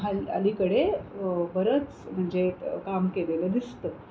हल् अलीकडे बरंच म्हणजे काम केलेलं दिसतं